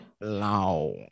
Long